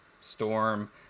storm